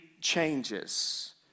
changes